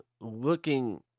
looking